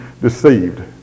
deceived